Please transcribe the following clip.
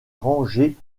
rangée